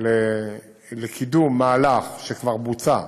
לקידום מהלך שכבר בוצע,